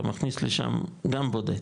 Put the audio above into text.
אתה מכניס לשם גם בודד.